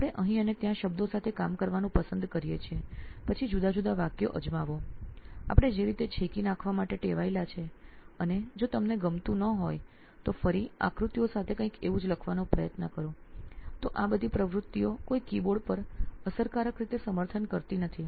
આપણે અહીં અને ત્યાં શબ્દો સાથે કામ કરવાનું પસંદ કરીએ છીએ પછી જુદા જુદા વાક્યો અજમાવો આપણે જે રીતે છેકી નાખવા માટે ટેવાયેલા છે એ જો તમને ન ગમતું હોય કે તો ફરી આકૃતિઓ સાથે કંઈક એવું જ લખવાનો પ્રયત્ન કરો તો આ બધી પ્રવૃત્તિઓ કોઈ કીબોર્ડ પર અસરકારક રીતે સમર્થન કરતી નથી